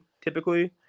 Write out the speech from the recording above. typically